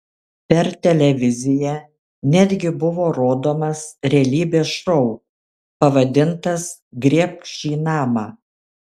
per televiziją netgi buvo rodomas realybės šou pavadintas griebk šį namą